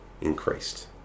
increased